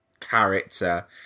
character